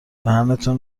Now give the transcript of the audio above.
دهنتون